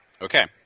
Okay